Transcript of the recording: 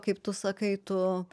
kaip tu sakai tu